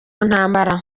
ntambara